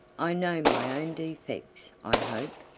i know my own defects, i hope.